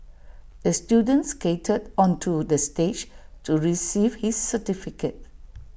the student skated onto the stage to receive his certificate